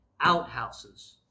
outhouses